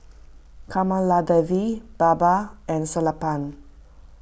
Kamaladevi Baba and Sellapan